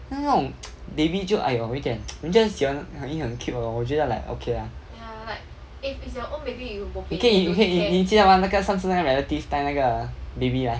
那种 baby 就 !aiyo! 有一点 人家就喜欢 I think 很 cute 的 lor 我觉得 okay lah 你可以你可以你记得吗那个上次那个 relative 带那个 baby 来